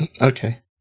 Okay